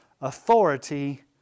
authority